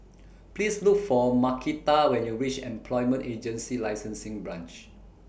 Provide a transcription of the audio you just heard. Please Look For Markita when YOU REACH Employment Agency Licensing Branch